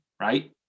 right